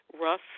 rough